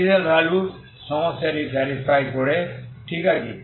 initial value সমস্যাটি satisfy করে ঠিক আছে